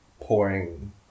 pouring